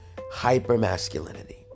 hyper-masculinity